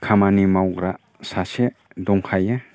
खामानि मावग्रा सासे दंखायो